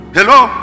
Hello